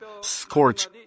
scorch